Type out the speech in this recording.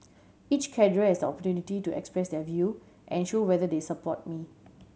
each cadre has opportunity to express their view and show whether they support me